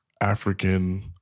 African